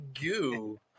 goo